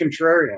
contrarian